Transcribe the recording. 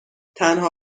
تنها